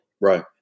Right